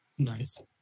Nice